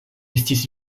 estis